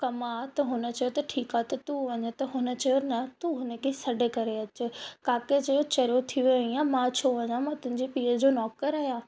कम आहे त हुन चयो त ठीकु आहे त तू वञ त हुन चयो न तू हुन खे सॾ करे अच काके चयो चरिये थी वियो आई या मां छो वञा मां तुंहिंजे पीअ जो नौकर आहियां